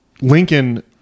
Lincoln